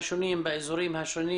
באזורים השונים,